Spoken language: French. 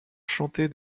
chanté